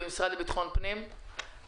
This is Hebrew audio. זה כמו המסלול לקבל פטור מארנונה לעסק שהיה סגור.